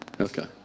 Okay